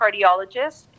cardiologist